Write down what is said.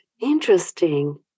Interesting